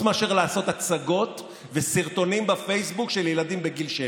מלעשות הצגות וסרטונים בפייסבוק של ילדים בגיל שבע.